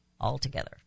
altogether